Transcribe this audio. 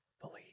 believe